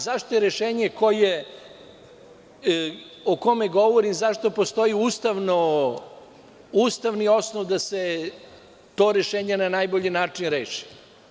Zašto je rešenje o kome govorimo, zašto postoji Ustavni osnov da se to rešenje na najbolji način reši.